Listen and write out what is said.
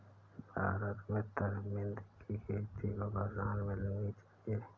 भारत में तरमिंद की खेती को प्रोत्साहन मिलनी चाहिए